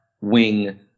wing